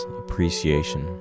appreciation